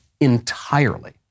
entirely